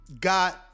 got